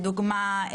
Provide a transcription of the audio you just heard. לדוגמה,